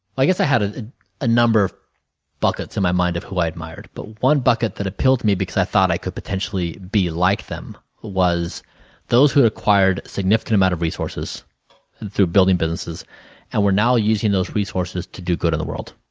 i guess i had ah ah ah number of buckets in my mind of who i admired. but, one bucket that appealed me because i thought i could potentially be like them was those who acquired significant amount of resources through building businesses and were now using those resources to do good in the world.